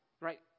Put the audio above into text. right